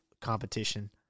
competition